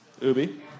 Ubi